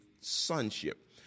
sonship